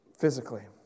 physically